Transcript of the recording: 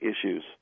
issues